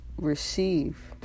receive